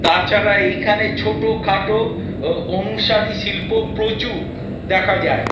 তাছাড়া এইখানে ছোটো খাটো অনুসারী শিল্প প্রচুর দেখা যায়